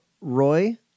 Roy